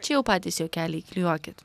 čia jau patys juokelį įklijuokit